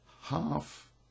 half